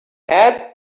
add